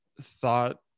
thought